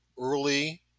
early